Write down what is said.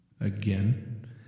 again